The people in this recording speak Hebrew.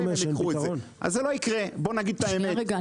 זה לא יקרה, זו האמת.